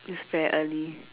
it's very early